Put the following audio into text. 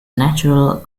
nature